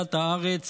וּלְחַיַּת הארץ